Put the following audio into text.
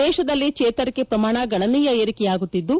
ದೇತದಲ್ಲಿ ಚೇತರಿಕೆ ಪ್ರಮಾಣ ಗಣನೀಯ ಏರಿಕೆಯಾಗುತ್ತಿದ್ದು